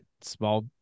small